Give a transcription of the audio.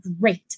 great